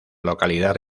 localidad